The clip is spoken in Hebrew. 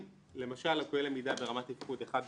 למשל לקויי למידה ברמת תפקוד 1 ו-2.